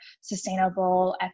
sustainable